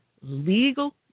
legal